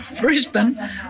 Brisbane